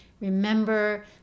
remember